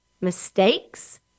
mistakes